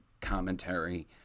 commentary